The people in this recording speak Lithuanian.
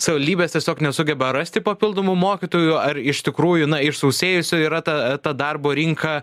savyvaldybės tiesiog nesugeba rasti papildomų mokytojų ar iš tikrųjų na išsausėjusi yra ta ta darbo rinka